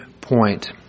point